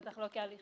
בטח לא כדבר